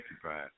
surprise